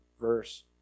verse